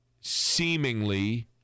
seemingly